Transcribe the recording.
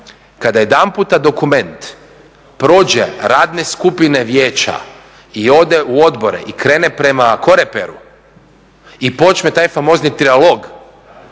kada jedanput dokument prođe radne skupine vijeća i ode u odbore i krene prema koreperu i počne taj famozni trijalog